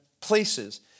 places